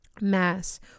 mass